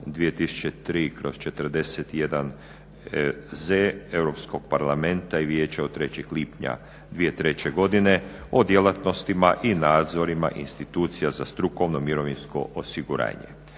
2003/41/EZ Europskog parlamenta i Vijeća od 3. lipnja 2003. godine o djelatnostima i nadzorima institucija za strukovno mirovinsko osiguranje